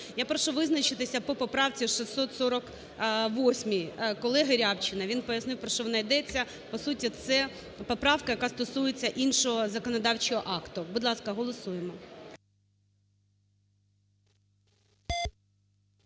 Я прошу визначитися по поправці 648 колегиРябчина, він пояснив, про що вона йдеться. По суті це поправка, яка стосується іншого законодавчого акту. Будь ласка, голосуємо.